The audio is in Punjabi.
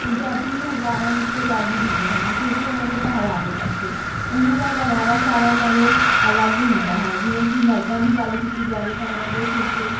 ਪੰਜਾਬੀ ਹਜ਼ਾਰਾਂ ਵਿੱਚੋਂ ਅਲੱਗ ਦਿਖਦੇ ਹਨ ਕਿਉਂਕਿ ਉਹਨਾਂ ਦੇ ਪਹਿਰਾਵੇ ਕਰਕੇ ਉਹਨਾਂ ਦਾ ਪਹਿਰਾਵਾ ਸਾਰਿਆਂ ਨਾਲੋਂ ਅਲੱਗ ਹੁੰਦਾ ਹੈ ਜਿਵੇਂ ਕਿ ਮਰਦਾਂ ਦੀ ਗੱਲ ਕੀਤੀ ਜਾਵੇ ਤਾਂ ਉਹਨਾਂ ਦੇ ਸਿਰ 'ਤੇ